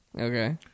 Okay